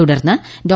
തുടർന്ന ഡോ